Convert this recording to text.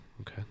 Okay